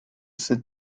sit